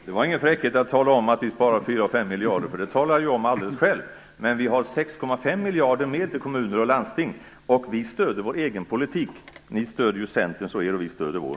Herr talman! Det var ingen fräckhet att tala om att vi sparar 4-5 miljarder. Det talade jag om alldeles själv. Men vi har 6,5 miljarder mer till kommuner och landsting, och vi stöder vår egen politik. Ni stöder ju Centerns och er politik, och vi stöder vår.